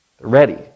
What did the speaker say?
Ready